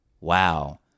wow